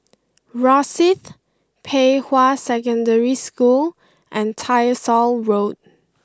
Rosyth Pei Hwa Secondary School and Tyersall Road